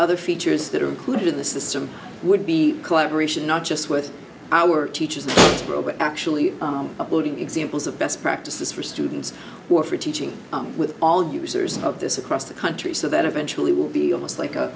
other features that are included in the system would be collaboration not just with our teachers the robot actually uploading examples of best practices for students or for teaching with all users of this across the country so that eventually will be almost like